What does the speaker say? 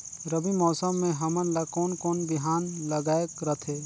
रबी मौसम मे हमन ला कोन कोन बिहान लगायेक रथे?